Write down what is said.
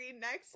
next